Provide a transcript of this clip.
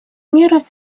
меры